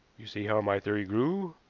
you see how my theory grew.